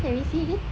can we see him